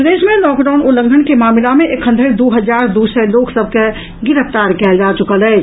प्रदेश मे लॉकडाउन उल्लंघन के मामिला मे एखन धरि दू हजार दू सय लोक सभ के गिरफ्तार कयल गेल अछि